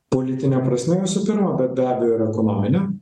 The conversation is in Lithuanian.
politine prasme visų pirma bet be abejo ir ekonomine